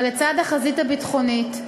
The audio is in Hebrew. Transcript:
אבל לצד החזית הביטחונית,